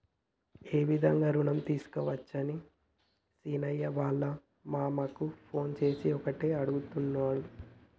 ఏ విధంగా రుణం తీసుకోవచ్చని సీనయ్య వాళ్ళ మామ కు ఫోన్ చేసి ఒకటే అడుగుతుండు